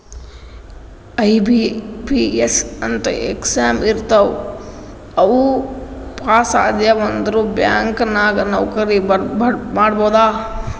IBPS ಅಂತ್ exam ಇರ್ತಾವ್ ಅವು ಪಾಸ್ ಆದ್ಯವ್ ಅಂದುರ್ ಬ್ಯಾಂಕ್ ನಾಗ್ ನೌಕರಿ ಮಾಡ್ಬೋದ